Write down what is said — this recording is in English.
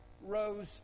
rose